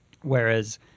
Whereas